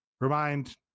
remind